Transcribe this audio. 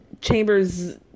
chambers